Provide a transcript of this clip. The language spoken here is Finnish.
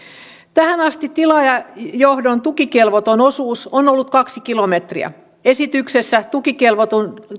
tähän asti tilaajajohdon tukikelvoton osuus on ollut kaksi kilometriä esityksessä tukikelvoton